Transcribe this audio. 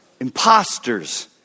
Imposters